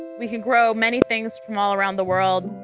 we can grow many things from all around the world.